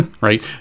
Right